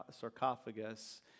sarcophagus